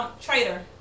Traitor